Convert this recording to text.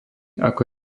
ako